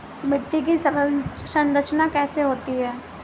मिट्टी की संरचना कैसे होती है?